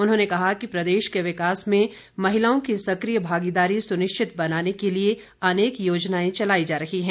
उन्होंने कहा कि प्रदेश के विकास में महिलाओं की सक्रिय भागीदारी सुनिश्चित बनाने के लिए अनेक योजनाएं चलाई जा रहीं हैं